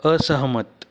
असहमत